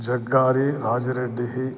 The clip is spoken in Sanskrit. जग्गारिराजरेड्डिः